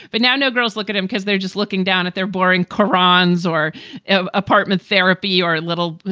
but now no girls look at him because they're just looking down at their boring koran's or ah apartment therapy or a little,